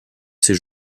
ses